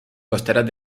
costeras